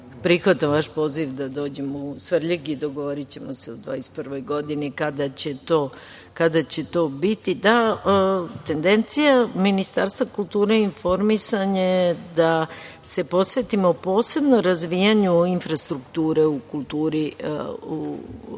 prihvatam vaš poziv da dođem u Svrljig i dogovorićemo se u 2021. godini kada će to biti. Da, tendencija Ministarstva kulture i informisanja je da se posvetimo posebno razvijanju infrastrukture u kulturu u